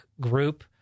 group